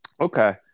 okay